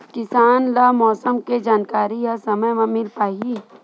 किसान ल मौसम के जानकारी ह समय म मिल पाही?